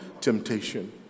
temptation